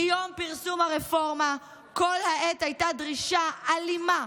מיום פרסום הרפורמה כל העת הייתה דרישה אלימה,